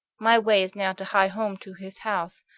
my way is now to hie home to his house,